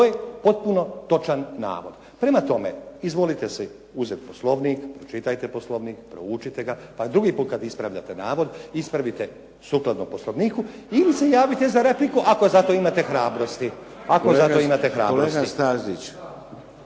To je potpuno točan navod. Prema tome, izvolite si uzeti Poslovnik, čitajte Poslovnik proučite ga, a drugi put kada ispravljate navod, ispravite sukladno Poslovniku ili se javite za repliku ako za to imate hrabrosti. **Šeks, Vladimir